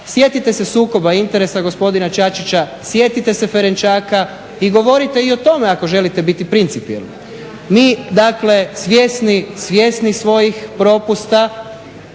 sjetite se sukoba interesa gospodina Čačića, sjetite se Ferenčaka. I govorite i o tome ako želite biti principijelni. Mi, dakle svjesni svojih propusta